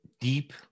deep